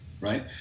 right